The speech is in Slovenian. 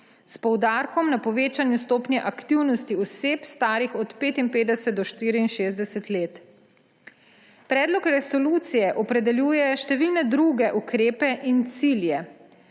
s poudarkom na povečanju stopnje aktivnosti oseb, starih od 55 do 64 let. Predlog resolucije opredeljuje številne druge ukrepe in cilje.